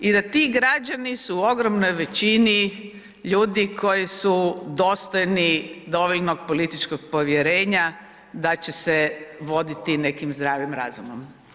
I da ti građani su u ogromnoj većini ljudi koji su dostojni dovoljnog političkog povjerenja da će se voditi nekim zdravim razumom.